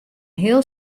heel